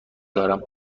دارم